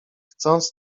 chcąc